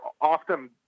often